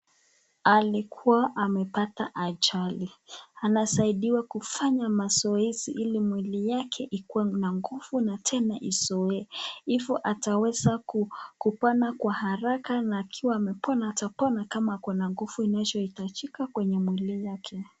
Alikuwa amepata ajali anasaidiwa kufanya mazoezi ili mwili yake ikuwe na nguvu na tena izoe hivyo ata weza kupona kwa haraka na akiwa amepona atapona kama ako na nguvu inayohitajika kwenye mwili yake.